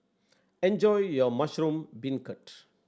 enjoy your mushroom beancurd